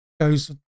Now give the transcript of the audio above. goes